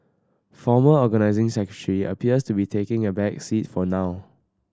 former Organising Secretary appears to be taking a back seat for now